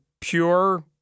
pure